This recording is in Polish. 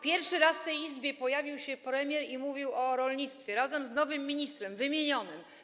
Pierwszy raz w tej Izbie pojawił się premier i mówił o rolnictwie razem z nowym, wymienionym ministrem.